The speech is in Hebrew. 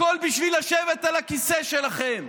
הכול בשביל לשבת על הכיסא שלכם.